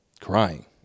crying